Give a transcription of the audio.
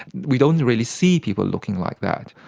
we don't really see people looking like that.